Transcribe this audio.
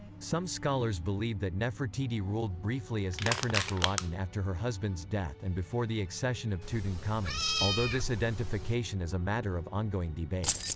some scholars believe that nefertiti ruled briefly as neferneferuaten after her husband's death and before the accession of tutankhamun, although this identification is a matter of ongoing debate.